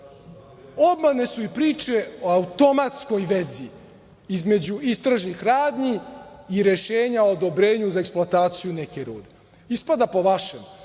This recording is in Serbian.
Obmane su i priče o automatskoj vezi između istražnih radnji i rešenja o odobrenju za eksploataciju neke rude. Ispada po vašem